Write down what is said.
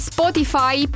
Spotify